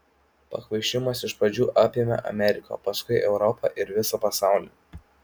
pakvaišimas iš pradžių apėmė ameriką paskui europą ir visą pasaulį